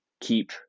keep